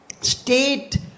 State